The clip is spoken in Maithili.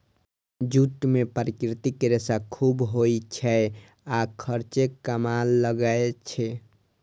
जूट मे प्राकृतिक रेशा खूब होइ छै आ खर्चो कम लागै छै